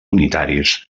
unitaris